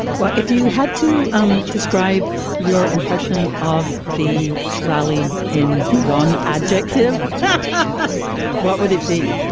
well, if you had to um describe your impression of the rally in one objective, but what would it be?